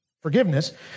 Forgiveness